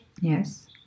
Yes